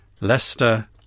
Leicester